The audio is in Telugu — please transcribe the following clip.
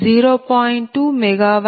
2 MW 1